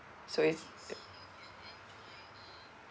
so it's